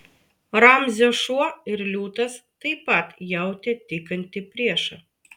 ramzio šuo ir liūtas taip pat jautė tykantį priešą